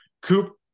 Coop